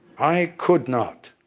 i could not,